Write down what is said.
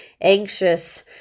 anxious